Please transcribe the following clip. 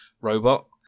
robot